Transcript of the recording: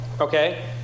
Okay